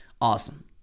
Awesome